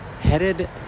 headed